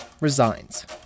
resigns